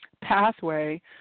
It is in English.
pathway